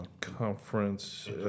conference